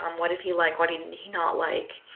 um what did he like, what did he not like,